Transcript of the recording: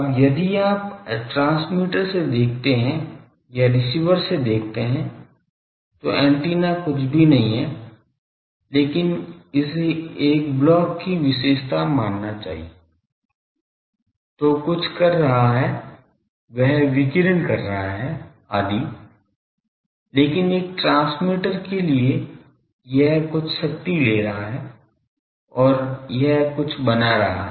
अब यदि आप ट्रांसमीटर से देखते हैं या रिसीवर से देखते हैं तो एंटीना कुछ भी नहीं है लेकिन इसे एक ब्लॉक की विशेषता होना चाहिए जो कुछ कर रहा है वह विकीर्ण कर रहा है आदि लेकिन एक ट्रांसमीटर के लिए यह कुछ शक्ति ले रहा है और यह कुछ बना रहा है